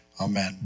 Amen